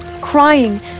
crying